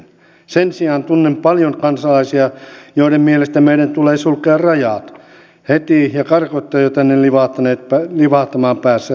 sen sijaan tunnen paljon kansalaisia joiden mielestä meidän tulee sulkea rajat heti ja karkottaa jo tänne livahtamaan päässeet nopeasti